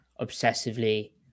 obsessively